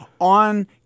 on